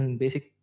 basic